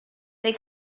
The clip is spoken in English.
they